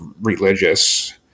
religious